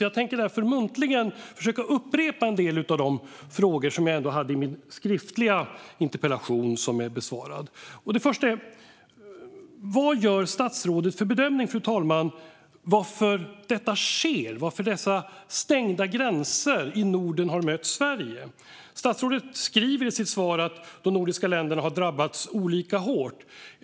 Jag tänker därför muntligen försöka upprepa en del av de frågor som jag hade i min skriftliga interpellation, som är besvarad. Fru talman! Den första frågan är: Vad gör statsrådet för bedömning av varför detta sker? Varför har dessa stängda gränser i Norden mött Sverige? Statsrådet skriver i sitt svar att de nordiska länderna har drabbats olika hårt.